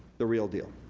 the real deal.